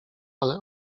ale